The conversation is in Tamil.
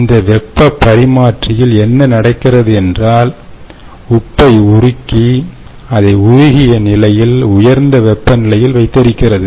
இந்த வெப்பப் பரிமாற்றி யில் என்ன நடக்கிறது என்றால் உப்பை உருக்கி அதை உருகிய நிலையில் உயர்ந்த வெப்பநிலையில் வைத்திருக்கிறது